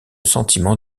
sentiment